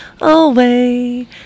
away